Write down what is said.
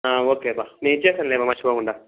ఓకేబా నేను ఇచ్చేస్తాను లేబ్బా మర్చిపోకుండా